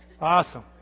Awesome